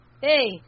Hey